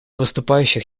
выступающих